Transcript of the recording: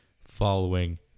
following